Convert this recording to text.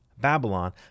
Babylon